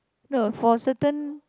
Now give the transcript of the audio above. no for certain